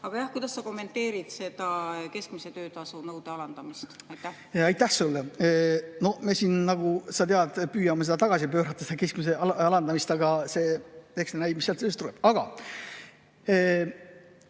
Aga jah, kuidas sa kommenteerid seda keskmise töötasu nõude alandamist? Aitäh sulle! Me siin, nagu sa tead, püüame tagasi pöörata seda keskmise alandamist, aga eks näis, mis sealt tuleb. Aga